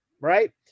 right